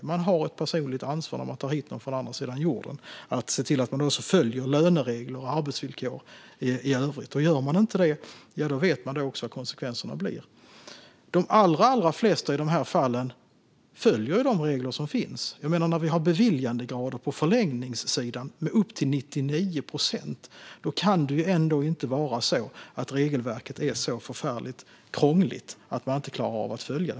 När man tar hit någon från andra sidan jorden har man ett personligt ansvar att se till att man också följer löneregler och arbetsvillkor i övrigt. Gör man inte det vet man också vad konsekvenserna blir. De allra flesta i de här fallen följer de regler som finns. När vi har en beviljandegrad gällande förlängning på upp till 99 procent kan väl regelverket inte vara så förfärligt krångligt att man inte klarar av att följa det.